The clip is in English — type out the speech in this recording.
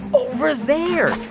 over there.